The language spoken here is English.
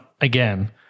again